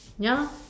ya lor